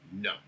No